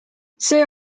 see